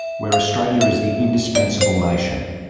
where australia is the indispensable nation.